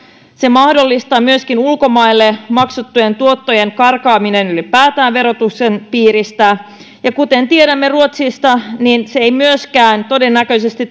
se mahdollistaa myöskin ulkomaille maksettujen tuottojen karkaamisen ylipäätään verotuksen piiristä ja kuten tiedämme ruotsista se ei myöskään todennäköisesti